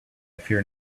fear